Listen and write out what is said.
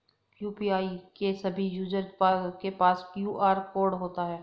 UPI के सभी user के पास क्यू.आर कोड होता है